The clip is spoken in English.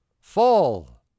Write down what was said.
fall